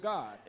God